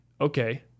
okay